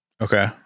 Okay